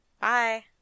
Bye